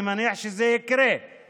אני מניח שזה יקרה,